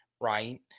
right